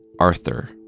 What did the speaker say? Arthur